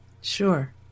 sure